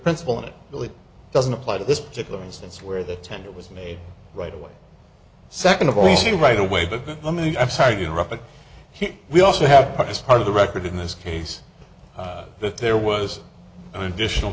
principle and it really doesn't apply to this particular instance where the tender was made right away second of all you see right away but let me i'm sorry to interrupt but here we also have this part of the record in this case that there was an additional